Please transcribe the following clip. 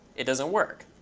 it doesn't work.